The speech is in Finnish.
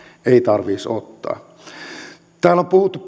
ei tarvitsisi ottaa täällä on puhuttu